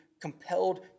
compelled